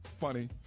funny